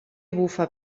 bufa